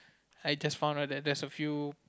I just found out that there's a few